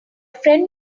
friend